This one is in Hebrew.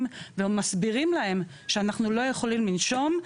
ומסבירים להם שאנחנו לא יכולים לנשום,